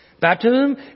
Baptism